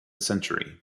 century